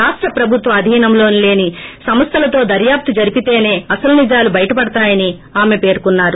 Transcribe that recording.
రాష్ట ప్రభుత్వ ఆధీనంలోని లేని సంస్టలతో దర్యాప్తు జరిపితేసే అసలు లేనిజాలు బయటపడతాయని ఆమె పేర్కొన్నారు